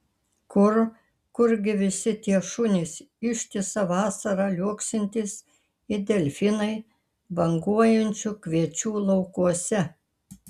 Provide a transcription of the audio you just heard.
kur kurgi visi tie šunys ištisą vasarą liuoksintys it delfinai banguojančių kviečių laukuose